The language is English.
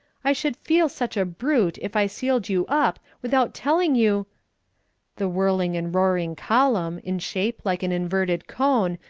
i should feel such a brute if i sealed you up without telling you the whirling and roaring column, in shape like an inverted cone,